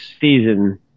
season